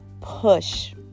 push